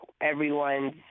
everyone's